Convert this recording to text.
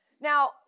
Now